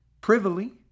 privily